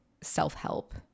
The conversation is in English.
self-help